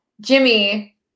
Jimmy